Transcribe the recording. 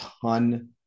ton